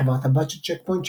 חברת הבת של צ'ק פוינט,